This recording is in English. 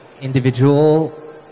individual